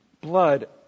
Blood